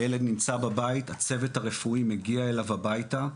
הילד נמצא בבית, הצוות הרפואי מגיע אליו הביתה.